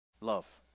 Love